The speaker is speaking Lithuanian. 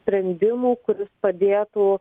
sprendimų kuris padėtų